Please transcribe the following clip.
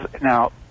Now